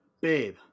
babe